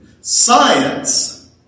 Science